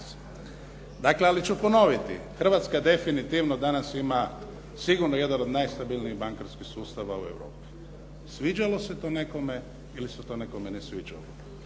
Dakle, ali ću ponoviti, Hrvatska definitivno danas ima sigurno jedan od najstabilnijih bankarskih sustava u Europi, sviđalo se to nekome ili se to nekome ne sviđalo.